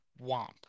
womp